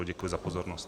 Děkuji za pozornost.